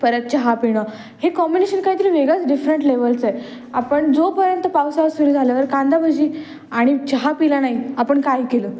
परत चहा पिणं हे कॉम्बिनेशन काहीतरी वेगळाच डिफरंट लेवलचं आहे आपण जोपर्यंत पावसाळा सुरू झाल्यावर कांदा भजी आणि चहा पिला नाही आपण काय केलं